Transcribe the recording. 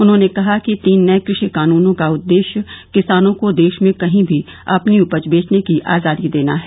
उन्होंने कहा कि तीन नए कृषि कानूनों का उद्देश्य किसानों को देश में कहीं भी अपनी उपज बेचने की आजादी देना है